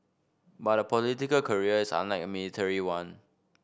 but a political career is unlike a military one